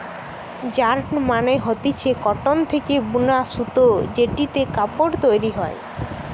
yarn মানে হতিছে cotton থেকে বুনা সুতো জেটিতে কাপড় তৈরী হয়